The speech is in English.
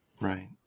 right